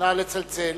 נא לצלצל.